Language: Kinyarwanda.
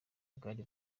bwari